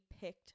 picked